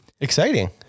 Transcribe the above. Exciting